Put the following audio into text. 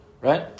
right